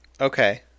Okay